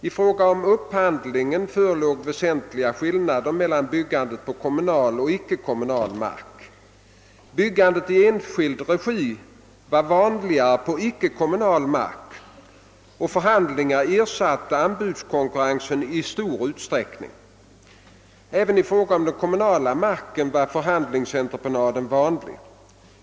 I fråga om upphandlingen förelåg väsentlig skillnad mellan byggandet på kommunal och icke kommunal mark. Byggande i egen regi var vanligare på icke kommunal mark och förhandlingar ersatte anbudskonkurrens i stor utsträckning. Även i fråga om den kommunala marken var förhandlingsentreprenad vanlig.